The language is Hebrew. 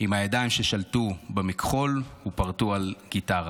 עם הידיים ששלטו במכחול ופרטו על גיטרה